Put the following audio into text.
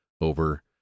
over